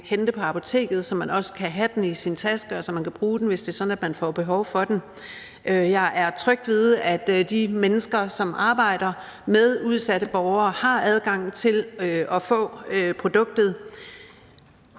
hente på apoteket og have i sin taske, så man kan bruge den, hvis det er sådan, at man får behov for det. Jeg er tryg ved, at de mennesker, som arbejder med udsatte borgere, har adgang til at få produktet.